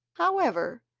however,